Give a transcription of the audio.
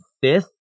fifth